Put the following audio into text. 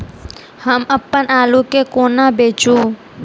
हम अप्पन आलु केँ कोना बेचू?